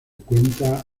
cuenta